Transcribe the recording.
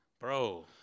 bro